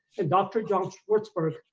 and dr. john swartzberg,